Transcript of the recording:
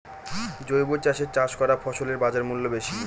জৈবভাবে চাষ করা ফসলের বাজারমূল্য বেশি